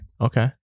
Okay